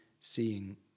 seeing